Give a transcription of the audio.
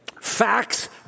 Facts